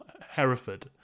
hereford